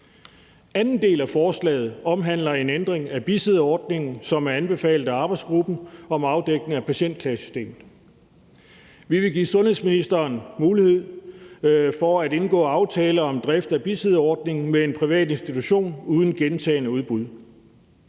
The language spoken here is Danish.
Anden del af forslaget omhandler en ændring af bisidderordningen, som er anbefalet af arbejdsgruppen til afdækning af patientklagesystemet. Vi vil give sundhedsministeren mulighed for at indgå aftale om drift af bisidderordningen med en privat institution uden gentagne udbud.